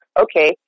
okay